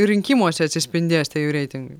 rinkimuose atsispindės tie jų reitingai